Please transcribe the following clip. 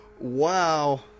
wow